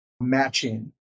matching